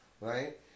right